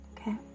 okay